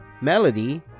Melody